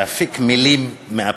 להפיק מילים מהפה.